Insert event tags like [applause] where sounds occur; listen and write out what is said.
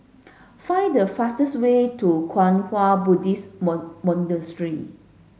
Find the fastest way to Kwang Hua Buddhist [unintelligible] Monastery